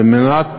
על מנת